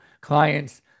clients